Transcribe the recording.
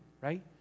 right